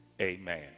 Amen